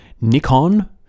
Nikon